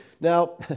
Now